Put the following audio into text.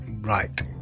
Right